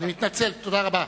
תודה רבה.